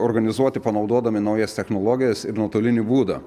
organizuoti panaudodami naujas technologijas ir nuotolinį būdą